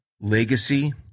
legacy